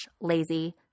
lazy